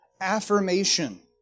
affirmation